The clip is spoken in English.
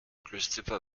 christopher